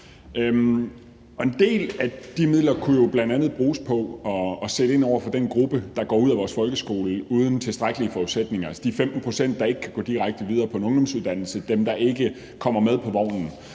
En del af de midler kunne jo bl.a. bruges på at sætte ind over for den gruppe, der går ud af vores folkeskole uden tilstrækkelige forudsætninger, altså de 15 pct., der ikke kan gå direkte videre på en ungdomsuddannelse, dem, der ikke kommer med på vognen.